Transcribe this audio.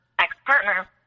ex-partner